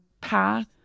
path